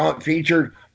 featured